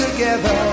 together